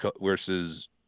versus